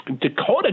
Dakota